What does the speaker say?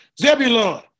Zebulon